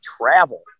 travel